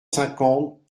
cinquante